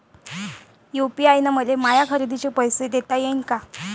UPI न मले माया खरेदीचे पैसे देता येईन का?